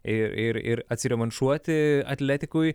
ir ir ir atsirevanšuoti atletikui